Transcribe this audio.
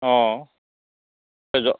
অ'